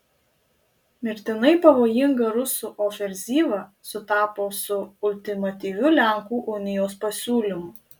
mirtinai pavojinga rusų ofenzyva sutapo su ultimatyviu lenkų unijos pasiūlymu